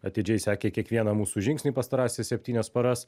atidžiai sekė kiekvieną mūsų žingsnį pastarąsias septynias paras